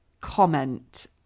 comment